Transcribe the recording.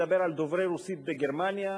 אני מדבר על דוברי רוסית בגרמניה,